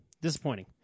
disappointing